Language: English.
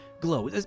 glow